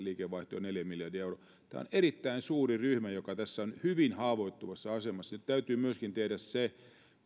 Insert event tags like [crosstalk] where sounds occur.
[unintelligible] liikevaihto on neljä miljardia euroa tämä on erittäin suuri ryhmä joka tässä on hyvin haavoittuvassa asemassa nyt täytyy myöskin tehdä se